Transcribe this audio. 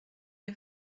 les